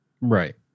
Right